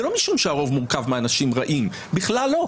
זה לא משום שהרוב מורכב מאנשים רעים, בכלל לא.